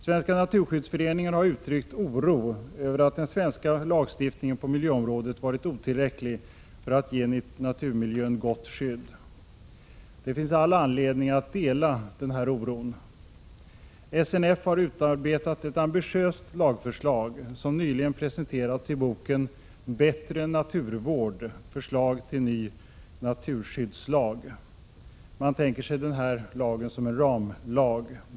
Svenska Naturskyddsföreningen har uttryckt oro över att lagstiftningen på miljöområdet här i landet varit otillräcklig för att ge naturmiljön gott skydd. Det finns all anledning att dela denna oro. SNF har utarbetat ett ambitiöst lagförslag, som nyligen presenterats i boken Bättre naturskydd — Förslag till ny naturskyddslag. Man tänker sig denna nya naturskyddslag som en ramlag.